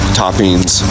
toppings